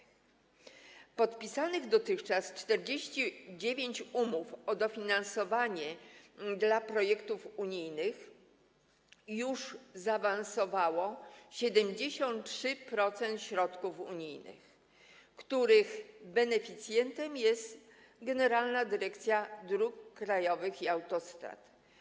W przypadku podpisanych dotychczas 49 umów o dofinansowanie dla projektów unijnych już zakontraktowano 73% środków unijnych, których beneficjentem jest Generalna Dyrekcja Dróg Krajowych i Autostrad.